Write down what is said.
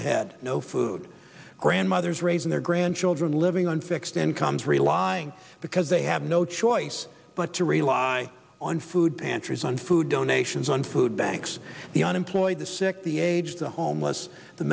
ahead no food grandmothers raising their grandchildren living on fixed incomes relying because they have no choice but to rely on food pantries on food donations on food banks the unemployed the sick the aged the homeless the